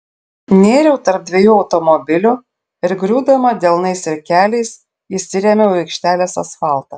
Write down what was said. nėriau tarp dviejų automobilių ir griūdama delnais ir keliais įsirėmiau į aikštelės asfaltą